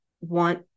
want